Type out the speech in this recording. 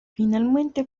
finalmente